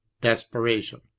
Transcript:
desperation